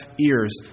ears